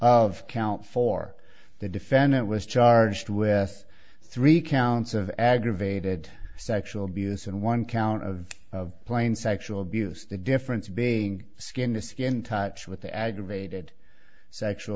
of count for the defendant was charged with three counts of aggravated sexual abuse and one count of plain sexual abuse the difference being skin to skin touch with the aggravated sexual